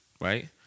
right